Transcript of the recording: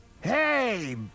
hey